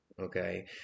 Okay